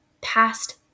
past